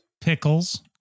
pickles